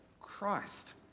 Christ